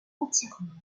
entièrement